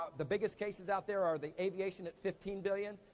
the biggest cases out there are the aviation at fifteen billion,